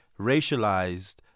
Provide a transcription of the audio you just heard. racialized